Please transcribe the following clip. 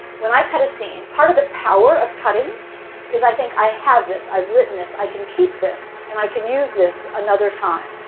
when i cut a scene, part of the power of cutting is i think, i have this. i've written this. i can keep this, and i can use this another time.